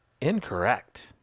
Incorrect